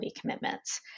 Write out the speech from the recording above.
commitments